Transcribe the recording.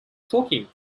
talking